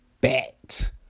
bet